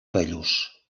bellús